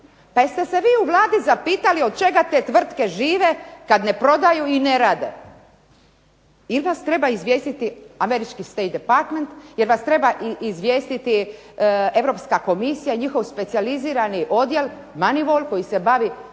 pa jeste se vi u Vladi zapitali od čega te tvrtke žive kada ne prodaju i ne rade. Jel vas treba izvijestiti Američki State Department, jel vas treba izvijestiti Europska komisija i njihov specijalizirani odjel Monewola koji se bavi